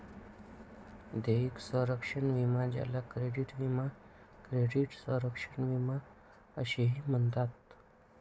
देयक संरक्षण विमा ज्याला क्रेडिट विमा क्रेडिट संरक्षण विमा असेही म्हणतात